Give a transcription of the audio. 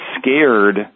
scared